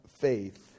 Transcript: faith